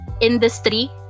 industry